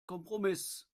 kompromiss